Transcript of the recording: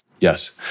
Yes